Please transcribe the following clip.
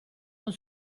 con